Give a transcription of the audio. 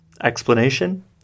explanation